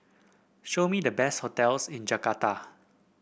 show me the best hotels in Jakarta